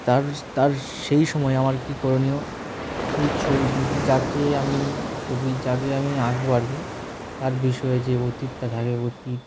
তার তার সেই সময় আমার কী করণীয় সেই ছবি যাকে আমি ছবি যাকে আমি আঁকবো আর কি তার বিষয়ে যে অতীতটা থাকে অতীত